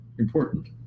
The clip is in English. important